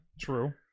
true